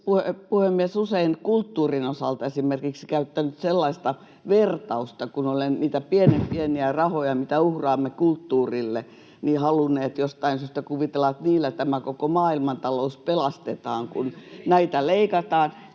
esimerkiksi kulttuurin osalta käyttänyt sellaista vertausta niistä pienen pienistä rahoista, mitä uhraamme kulttuurille, kun jostain syystä kuvitellaan, että niillä tämä koko maailmantalous pelastetaan, kun näitä leikataan.